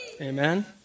Amen